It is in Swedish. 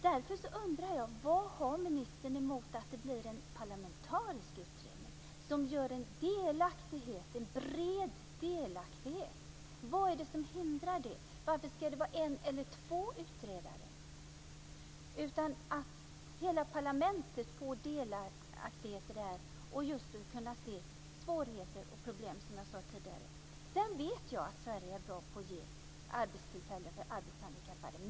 Därför undrar jag: Vad har ministern emot att det blir en parlamentarisk utredning som ger en bred delaktighet? Vad är det som hindrar det? Varför ska det vara en eller två utredare? I stället borde hela parlamentet få delaktighet i det här för att kunna se svårigheter och problem, som jag sade tidigare. Sedan vet jag att Sverige är bra på att ge arbetstillfällen till arbetshandikappade.